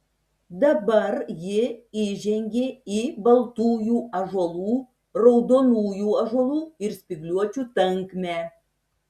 dabar ji įžengė į baltųjų ąžuolų raudonųjų ąžuolų ir spygliuočių tankmę